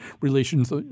relations